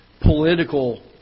political